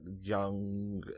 young